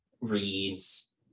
reads